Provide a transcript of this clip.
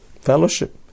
Fellowship